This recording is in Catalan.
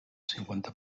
cinquanta